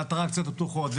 והאטרקציות הפתוחות,